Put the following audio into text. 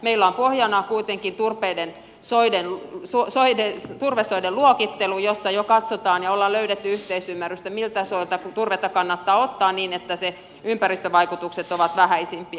meillä on pohjana kuitenkin turvesoiden luokittelu jossa jo ollaan löydetty yhteisymmärrystä miltä soilta turvetta kannattaa ottaa niin että ympäristövaikutukset ovat vähäisimpiä